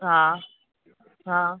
हा हा